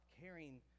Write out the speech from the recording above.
caring